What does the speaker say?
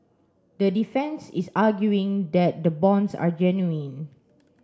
the defence is arguing that the bonds are genuine